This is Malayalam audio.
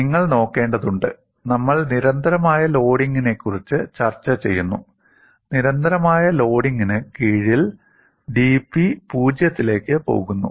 നിങ്ങൾ നോക്കേണ്ടതുണ്ട് നമ്മൾ നിരന്തരമായ ലോഡിംഗിനെക്കുറിച്ച് ചർച്ച ചെയ്യുന്നു നിരന്തരമായ ലോഡിംഗിന് കീഴിൽ dP '0' ത്തിലേക്ക് പോകുന്നു